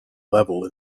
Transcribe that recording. level